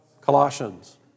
Colossians